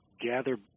gather